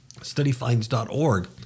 Studyfinds.org